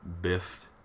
biffed